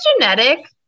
genetic